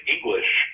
English